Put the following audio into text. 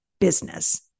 business